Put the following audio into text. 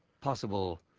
possible